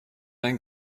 dein